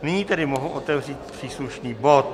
Nyní tedy mohu otevřít příslušný bod.